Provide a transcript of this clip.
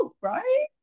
right